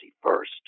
first